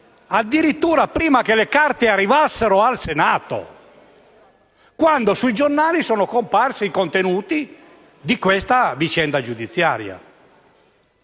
addirittura, prima che le carte arrivassero al Senato, quando sui giornali sono comparsi i contenuti di questa vicenda giudiziaria.